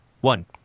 one